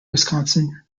wisconsin